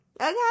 Okay